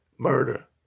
murder